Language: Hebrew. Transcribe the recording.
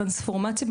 החשובים.